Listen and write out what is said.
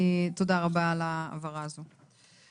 תודה על ההבהרה הזאת.